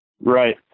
Right